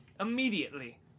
Immediately